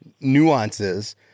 nuances